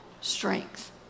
strength